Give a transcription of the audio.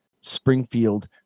Springfield